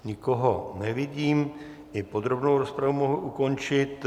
Nikoho nevidím, i podrobnou rozpravu mohu ukončit.